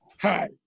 Hi